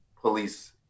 police